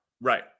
Right